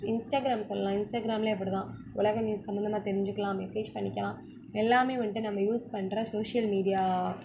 Instagram சொல்லலாம் இன்ஸ்டாகிராம்லயும் அப்படிதான் உலக நியூஸ் சம்பந்தமா தெரிஞ்சுக்கலாம் மெசேஜ் பண்ணிக்கலாம் எல்லாமே வந்துட்டு நம்ம யூஸ் பண்ணுற சோஷியல் மீடியா